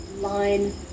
line